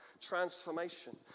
transformation